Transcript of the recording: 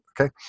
okay